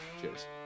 cheers